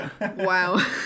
Wow